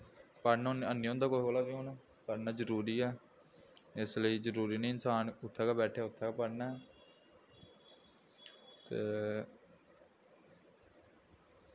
पढ़न हैनी होंदा हून कुसै कोला पढ़ना जरूरी ऐ इसलेई जरूरी निं इंसान उत्थें गै बैठै उत्थें गै पढ़ना ते